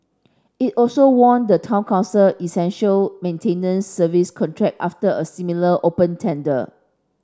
it also won the town council essential maintenance service contract after a similar open tender